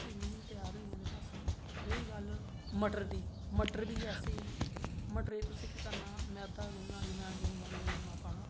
सेवियां बी जिसलै त्यार होइयां ते बस रेही गेई गल्ल मटर दी मटर बी इयां गै मटर गी तुसें केह् करना मैदा गुन्नना अजबाइन पानी